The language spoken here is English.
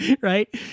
right